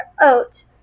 oat